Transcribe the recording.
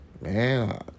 man